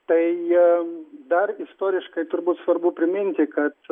tai dar istoriškai turbūt svarbu priminti kad